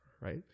right